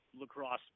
lacrosse